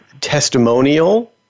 testimonial